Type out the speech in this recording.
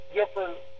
different